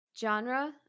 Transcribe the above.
genre